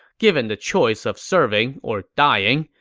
given the choice of serving or dying,